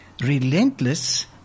relentless